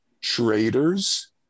traders